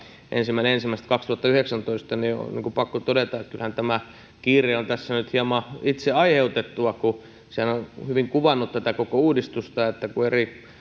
ensimmäinen ensimmäistä kaksituhattayhdeksäntoista niin on pakko todeta että kyllähän tämä kiire on tässä nyt hieman itse aiheutettua kun sehän on hyvin kuvannut tätä koko uudistusta kun eri